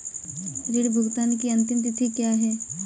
ऋण भुगतान की अंतिम तिथि क्या है?